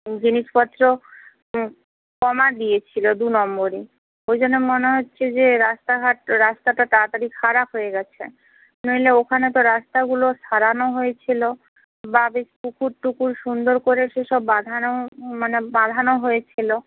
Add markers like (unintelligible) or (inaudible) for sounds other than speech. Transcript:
জিনিসপত্র (unintelligible) কমা দিয়েছিল দুনম্বরি ওই জন্য মনে হচ্ছে যে রাস্তাঘাট রাস্তাটা তাড়াতাড়ি খারাপ হয়ে গেছে নইলে ওখানে তো রাস্তাগুলো সারানো হয়েছিল বা বেশ পুকুর টুকুর সুন্দর করে সে সব বাঁধানো মানে বাঁধানো হয়েছিল